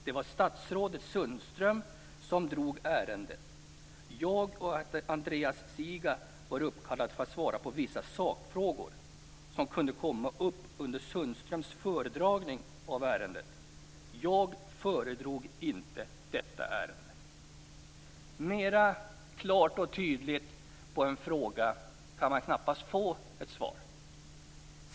Det var statsrådet Sundström som drog ärendet. Jag och Andreas Zsiga var uppkallade för att svara på vissa sakfrågor som kunde komma upp under Sundströms föredragning av ärendet. Jag föredrog inte detta ärende." Ett mera klart och tydligt svar kan man knappast få på en fråga.